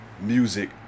music